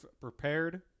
prepared